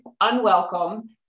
unwelcome